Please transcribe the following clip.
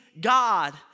God